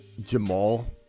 Jamal